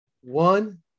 One